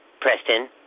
Preston